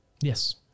Yes